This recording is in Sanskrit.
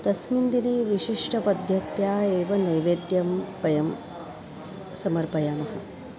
तस्मिन् दिने विशिष्टपद्धत्या एव नैवेद्यं वयं समर्पयामः